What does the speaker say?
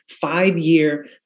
five-year